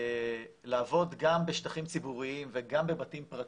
לעבוד גם בשטחים ציבוריים וגם בבתים פרטיים,